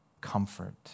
comfort